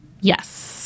Yes